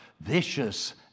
vicious